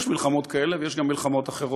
יש מלחמות כאלה, ויש גם מלחמות אחרות.